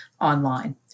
online